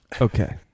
Okay